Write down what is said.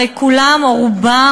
הרי כולם או רובם,